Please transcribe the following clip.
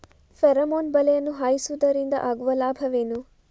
Pheromone ಬಲೆಯನ್ನು ಹಾಯಿಸುವುದರಿಂದ ಆಗುವ ಲಾಭವೇನು?